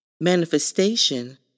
manifestation